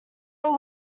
were